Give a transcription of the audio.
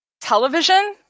television